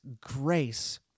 grace